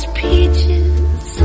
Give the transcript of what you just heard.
peaches